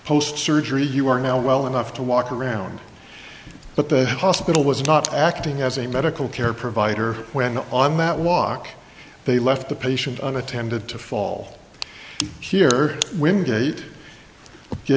post surgery you are now well enough to walk around but the hospital was not acting as a medical care provider when on that walk they left the patient and attempted to fall here when date